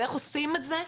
איך עושים את זה?